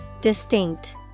Distinct